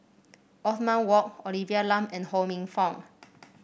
Othman Wok Olivia Lum and Ho Minfong